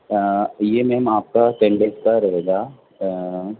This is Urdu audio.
یہ میم آپ کا ٹین ڈیز کا رہے گا